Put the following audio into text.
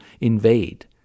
invade